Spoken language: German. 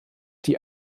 die